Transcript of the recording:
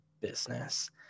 business